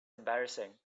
embarrassing